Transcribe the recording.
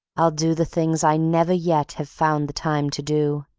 i'll do the things i never yet have found the time to do.